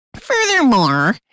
Furthermore